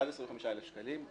עד 25,000 שקלים,